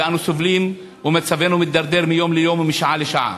ואנו סובלים ומצבנו מידרדר מיום ליום ומשעה לשעה.